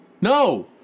No